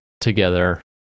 together